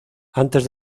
antes